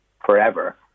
forever